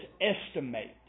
estimate